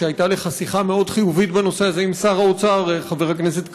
שהייתה לך שיחה מאוד חיובית בנושא הזה עם שר האוצר חבר הכנסת כחלון,